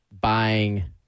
buying